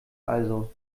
also